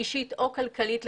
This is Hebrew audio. אישית או כלכלית,